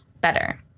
better